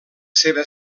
seva